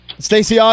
Stacey